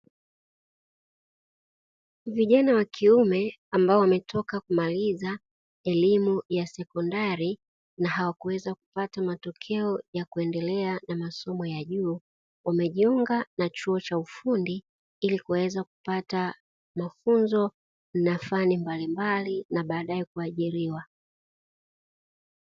Vijana wa kiume ambao wametoka kumaliza elimu ya sekondari na hawakuweza kupata matokeo ya kuendelea na masomo ya juu, wamejiunga na chuo cha ufundi ili kuweza kupata mafunzo na fani mbalimbali na baadaye kuajiriwa.